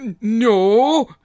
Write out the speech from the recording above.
No